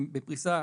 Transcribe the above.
הם בפריסה,